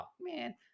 man